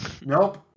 nope